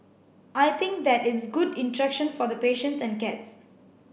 I think that it's good interaction for the patients and cats